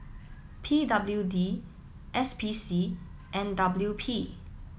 P W D S P C and W P